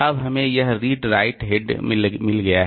अब हमें यह रीड राइट हेड मिल गया है